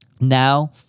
now